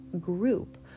group